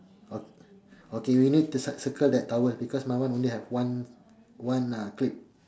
okay okay we need to cir~ circle that towel because mine only have one one uh clip